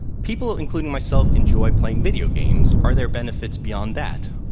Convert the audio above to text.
people, including myself, enjoy playing video games. are there benefits beyond that?